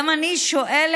גם אני שואלת,